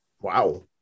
Wow